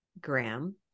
Graham